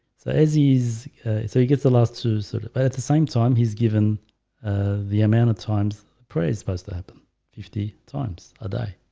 so as he is so he gets the last two so sort of but at the same time he's given ah the amount of times praise supposed to happen fifty times a day.